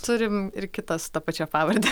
turim ir kitas ta pačia pavarde